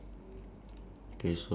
K what what does your sign say